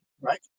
right